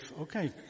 Okay